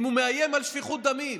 אם הוא מאיים בשפיכות דמים.